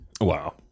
Wow